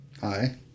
Hi